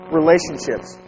relationships